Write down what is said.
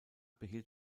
behielt